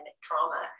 trauma